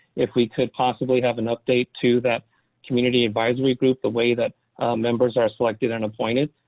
if we could possibly have an update to that community advisory group, the way that members are selected and appointed.